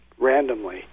randomly